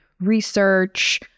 research